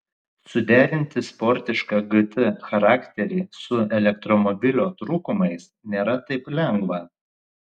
suderinti sportišką gt charakterį su elektromobilio trūkumais nėra taip lengva